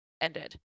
ended